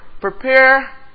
prepare